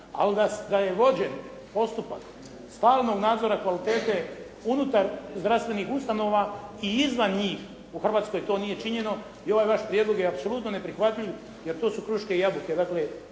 ali da je vođen postupak stalnog nadzora kvalitete unutar zdravstvenih ustanova i izvan njih, u Hrvatskoj to nije činjeno i ovaj vaš prijedlog je apsolutno neprihvatljiv jer to su kruške i jabuke.